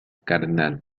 cardenal